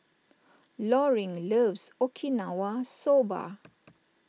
Loring loves Okinawa Soba